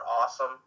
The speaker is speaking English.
awesome